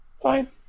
Fine